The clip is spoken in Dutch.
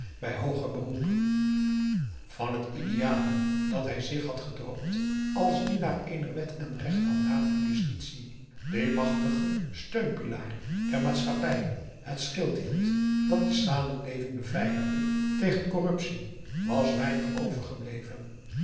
bij hooger beroep van het ideale dat hij zich had gedroomd als dienaar eener wet en recht handhavende justitie die machtig steunpilaar der maatschappij het schild hield dat de samenleving beveiligde tegen corruptie was weinig overgebleven